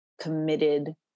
committed